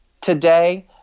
today